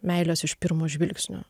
meilės iš pirmo žvilgsnio